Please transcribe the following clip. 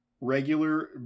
regular